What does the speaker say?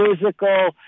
physical